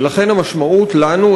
ולכן המשמעות לנו,